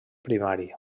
primari